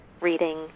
reading